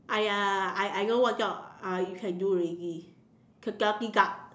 !aiya! I I know what job uh you can do already security guard